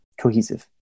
cohesive